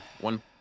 one